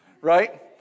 right